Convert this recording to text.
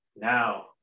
now